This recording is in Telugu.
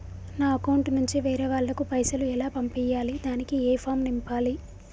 నా అకౌంట్ నుంచి వేరే వాళ్ళకు పైసలు ఎలా పంపియ్యాలి దానికి ఏ ఫామ్ నింపాలి?